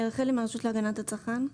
הרשות להגנת הצרכן.